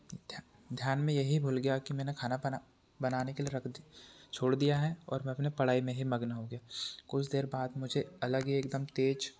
ध्यान में यही भूल गया कि मैंने खाना बना बनाने के लिए रख दी छोड़ दिया है और अपने पड़ाई में ही मग्न हो गया कुछ देर बाद मुझे अलग ही एक दम तेज़